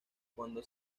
cuando